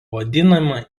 vadinama